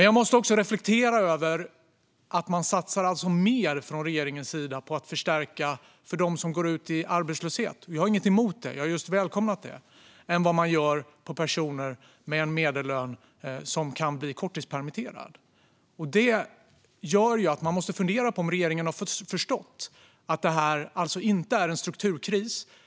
Jag måste reflektera över att regeringen satsar mer på att förstärka för dem som går ut i arbetslöshet. Vi har ingenting emot det - jag har just välkomnat det. Man satsar mer än vad man gör på personer med medellön som kan bli korttidspermitterade, och detta gör att vi måste fundera på om regeringen har förstått att det här inte är en strukturkris.